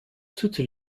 toutes